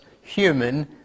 human